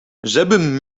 żebym